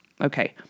Okay